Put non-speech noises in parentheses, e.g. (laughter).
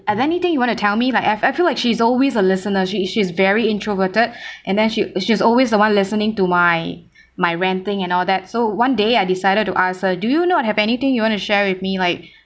are there anything you want to tell me like I I feel like she's always a listener she she's very introverted (breath) and then she she's always the one listening to my my ranting and all that so one day I decided to ask her do you not have anything you want to share with me like